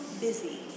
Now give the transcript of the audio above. busy